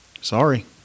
Sorry